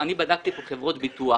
אני בדקתי חברות ביטוח